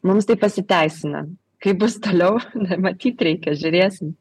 mums tai pasiteisina kaip bus toliau na matyt reikia žiūrėsim